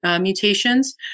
mutations